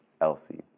Elsie